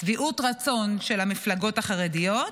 שביעות רצון של המפלגות החרדיות,